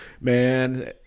Man